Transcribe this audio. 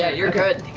yeah you're good.